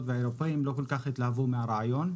והאירופאים לא כל כך התלהבו מהרעיון.